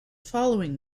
following